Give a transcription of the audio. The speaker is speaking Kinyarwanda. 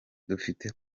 dufite